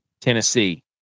Tennessee